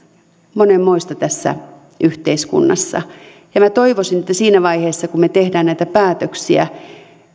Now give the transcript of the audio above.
monenmoista tässä yhteiskunnassa minä toivoisin että siinä vaiheessa kun me teemme näitä päätöksiä